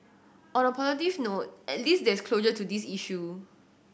on a positive note at least there is closure to this issue